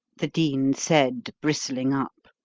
the dean said, bristling up,